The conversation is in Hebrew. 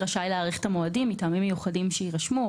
רשאי להאריך את המועדים מטעמים מיוחדים שיירשמו.